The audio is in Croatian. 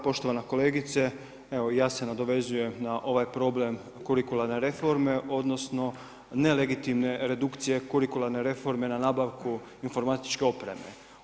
Poštovana kolegice, evo ja se nadovezujem na ovaj problem kurikularne reforme odnosno nelegitimne redukcije kurikularne reforme na nabavku informatičke opreme.